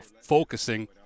focusing